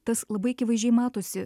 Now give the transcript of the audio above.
tas labai akivaizdžiai matosi